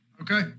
Okay